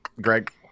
Greg